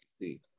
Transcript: see